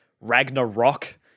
Ragnarok